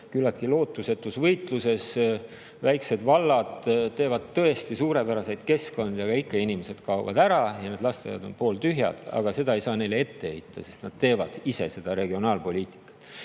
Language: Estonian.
küllaltki lootusetus võitluses väiksed vallad teevad tõesti suurepäraseid keskkondi, aga ikka inimesed kaovad ära ja lasteaiad on pooltühjad. Aga seda ei saa neile ette heita, sest nad teevad ise seda regionaalpoliitikat.